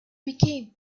became